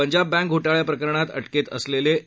Punjab bank घोटाळ्याप्रकरणात अटकेत असलेले वि